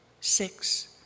Six